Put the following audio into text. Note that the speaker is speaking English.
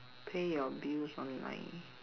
pay your bills online